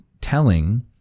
telling